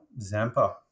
Zampa